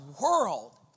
world